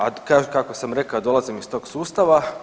A kako sam rekao dolazim iz tog sustava.